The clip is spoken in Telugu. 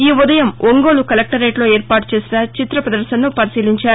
ఈఉదయం ఒంగోలు కలెక్టరేట్లో ఏర్పాటు చేసిన చిత్ర ప్రదర్భనను పరిశీలించారు